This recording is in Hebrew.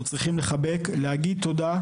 אנחנו צריכים לחבק, להוקיר תודה.